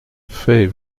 fais